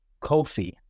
Kofi